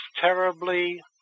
terribly